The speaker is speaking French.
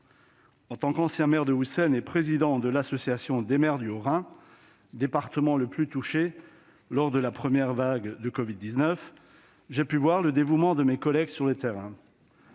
En tant qu'ancien maire de Houssen et président de l'association des maires du Haut-Rhin, département le plus touché lors de la première vague de covid-19, j'ai pu voir le dévouement de mes collègues sur le terrain.